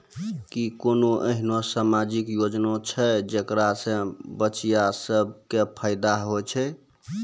कि कोनो एहनो समाजिक योजना छै जेकरा से बचिया सभ के फायदा होय छै?